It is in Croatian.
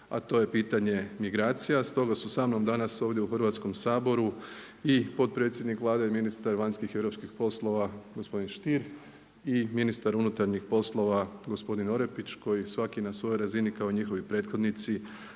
a to je pitanje migracija. Stoga su sa mnom danas ovdje u Hrvatskom saboru i potpredsjednik Vlade i ministar vanjskih i europskih poslova gospodin Stier i ministar unutarnjih poslova gospodin Orepić koji svaki na svojoj razini kao i njihovi prethodnici